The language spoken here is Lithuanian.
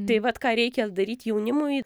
tai vat ką reikia daryt jaunimui